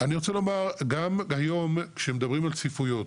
אני רוצה לומר, גם היום כשמדברים על צפיפויות,